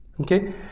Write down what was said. Okay